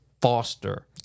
foster